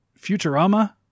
Futurama